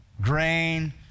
Grain